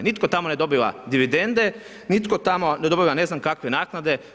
Nitko tamo ne dobiva dividende, nitko tamo ne dobiva ne znam kakve naknade.